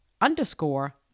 underscore